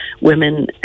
women